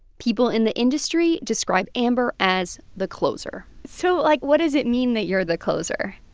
people in the industry describe amber as the closer so like, what does it mean that you're the closer?